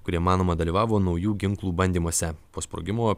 kurie manoma dalyvavo naujų ginklų bandymuose po sprogimo